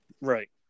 Right